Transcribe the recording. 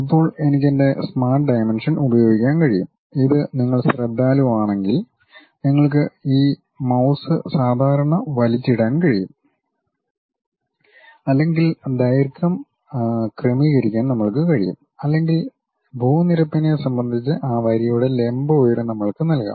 ഇപ്പോൾ എനിക്ക് എന്റെ സ്മാർട്ട് ഡയമൻഷൻ ഉപയോഗിക്കാൻ കഴിയും ഇത് നിങ്ങൾ ശ്രദ്ധാലുവാണെങ്കിൽ നിങ്ങൾക്ക് ഈ മൌസ് സാധാരണ വലിച്ചിടാൻ കഴിയും അല്ലെങ്കിൽ ദൈർഘ്യം ക്രമീകരിക്കാൻ നമ്മൾക്ക് കഴിയും അല്ലെങ്കിൽ ഭൂനിരപ്പിനെ സംബന്ധിച്ച് ആ വരിയുടെ ലംബ ഉയരം നമ്മൾക്ക് നൽകാം